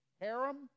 harem